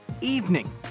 evening